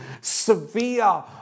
severe